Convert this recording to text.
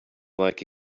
like